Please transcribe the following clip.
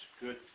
Good